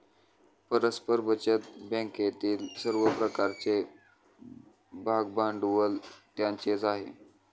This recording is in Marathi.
परस्पर बचत बँकेतील सर्व प्रकारचे भागभांडवल त्यांचेच आहे